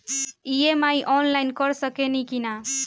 EMI online कर सकेनी की ना?